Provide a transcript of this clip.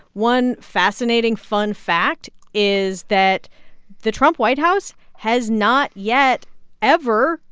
one fascinating fun fact is that the trump white house has not yet ever,